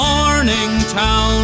Morningtown